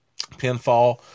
pinfall